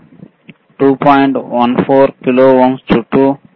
14 kilo ఓంల చుట్టూ 2